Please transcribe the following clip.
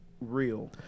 real